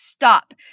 stop